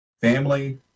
Family